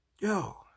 yo